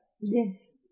Yes